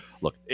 look